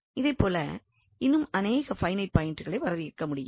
இதேபோல இன்னும் அநேக பைனைட் பாயிண்ட்களை வரையறுக்க முடியும்